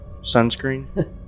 sunscreen